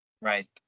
Right